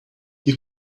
you